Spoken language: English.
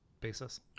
basis